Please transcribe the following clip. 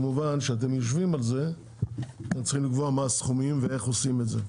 וכשאתם יושבים על זה אנחנו צריכים לקבוע מה הסכומים ואיך עושים את זה,